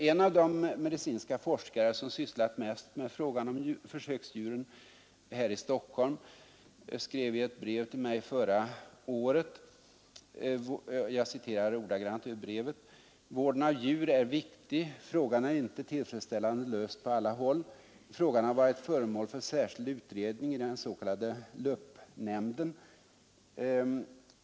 En av de medicinska forskare som har sysslat mest med frågan om försöksdjuren här i Stockholm skrev i ett brev till mig förra året: ”Vården av djur är viktig. Frågan är icke tillfredsställande löst på alla håll. Fr har varit föremål för särskild utredning av den s.k. Lup-nämnden.